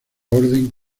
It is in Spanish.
orden